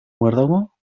muérdago